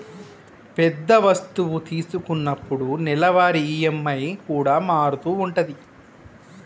పెద్ద వస్తువు తీసుకున్నప్పుడు నెలవారీ ఈ.ఎం.ఐ కూడా మారుతూ ఉంటది